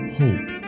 hope